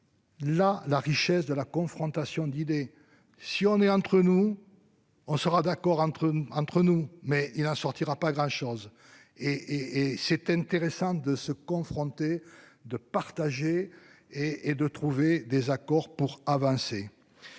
La la richesse de la confrontation d'idées si on est entre nous. On sera d'accord entre entre nous mais il n'en sortira pas grand-chose et et et c'est intéressant de se confronter de partager et et de trouver des accords pour avancer.